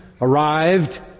arrived